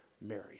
married